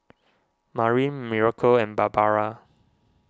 Marin Miracle and Barbara